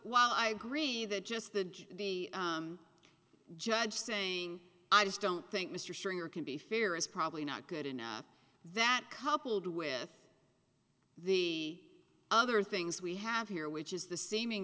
while i agree that just the judge the judge saying i just don't think mr sure can be fair is probably not good enough that coupled with the other things we have here which is the seeming